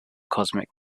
cosmic